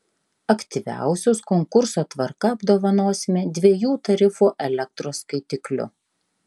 aktyviausius konkurso tvarka apdovanosime dviejų tarifų elektros skaitikliu